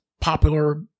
popular